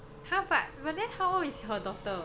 ha but then how old is her daughter